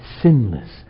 sinless